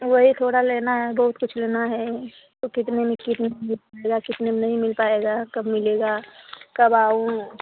तो वही थोड़ा लेना है बहुत कुछ लेना है तो कितने में मिल पाएगा कितने में नहीं मिल पाएगा कब मिलेगा कब आऊं